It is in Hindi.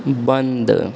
बंद